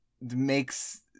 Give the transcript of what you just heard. makes